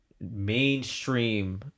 mainstream